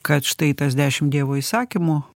kad štai tas dešim dievo įsakymų